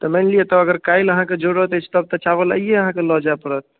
तऽ मानि लिअ तऽ अगर काल्हि अहाँके जरूरत अछि तब तऽ चावल आइए अहाँके लऽ जाय पड़त